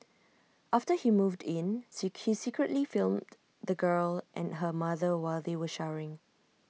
after he moved in secretly filmed the girl and her mother while they were showering